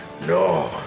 No